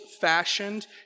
fashioned